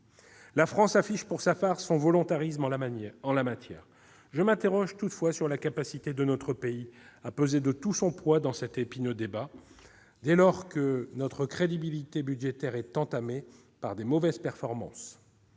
La France affiche pour sa part son volontarisme en la matière. Je m'interroge toutefois sur la capacité de notre pays à peser de tout son poids dans cet épineux débat, dès lors que notre crédibilité est entamée par de mauvaises performances.